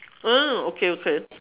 ah okay okay